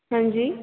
हांजी